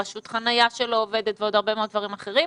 רשות חניה שלא עובדת ועוד הרבה מאוד דברים אחרים.